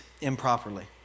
improperly